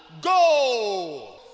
go